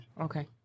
Okay